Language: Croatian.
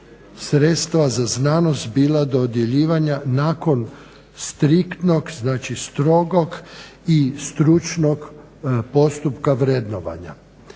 sredstva za znanost bila dodjeljivana nakon striktnog, znači strogog i stručnog postupka vrednovanja.